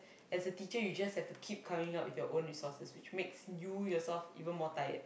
as a teacher you just have to keep coming up with your own resources which makes you yourself even more tired